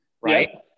right